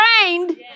trained